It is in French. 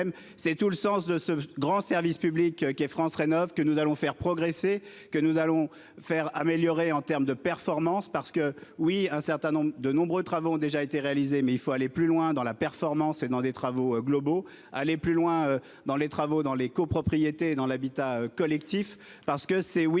C'est tout le sens de ce grand service public qui est France rénovent que nous allons faire progresser, que nous allons faire améliorer en termes de performance parce que oui un certain nombre de nombreux travaux ont déjà été réalisés, mais il faut aller plus loin dans la performance et dans des travaux globaux aller plus loin dans les travaux dans les copropriétés dans l'habitat collectif, parce que c'est, oui